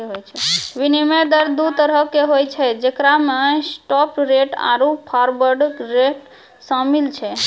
विनिमय दर दु तरहो के होय छै जेकरा मे स्पाट रेट आरु फारवर्ड रेट शामिल छै